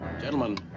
Gentlemen